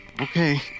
Okay